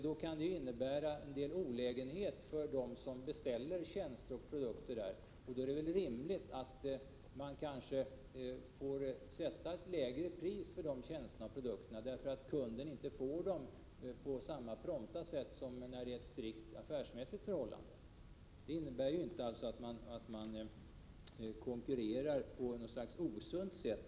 Det kan innebära olägenheter för dem som beställer tjänster och produkter, och då är det väl rimligt att man kanske får sätta ett lägre pris för de tjänsterna och produkterna, därför att kunderna inte får dem på samma prompta sätt som när det är ett strikt affärsmässigt förhållande. Det innebär inte att man konkurrerar med företagen på ett osunt sätt.